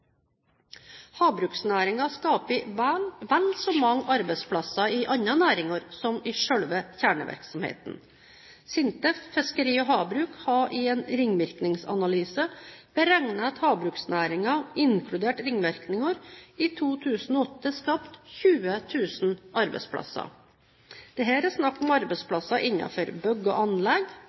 skaper vel så mange arbeidsplasser i andre næringer som i selve kjernevirksomheten. SINTEF Fiskeri og havbruk har i en ringvirkningsanalyse beregnet at havbruksnæringen, inkludert ringvirkninger, i 2008 skapte 20 000 arbeidsplasser. Dette er snakk om arbeidsplasser innenfor bygg og anlegg,